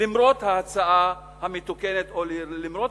למרות ההצעה המתוקנת, או למרות